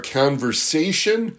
conversation